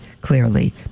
clearly